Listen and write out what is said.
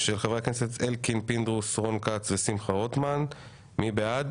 הצבעה בעד,